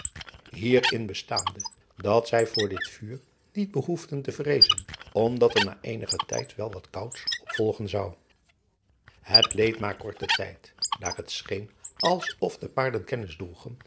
hier in bestaande dat zij voor dit vuur niet behoefden te vreezen omdat er na eenigen tijd wel wat kouds op volgen zou et leed maar korten tijd daar het scheen als of de paarden kennis